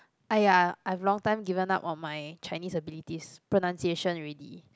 !aiya! I've long time given up on my Chinese abilities pronunciation already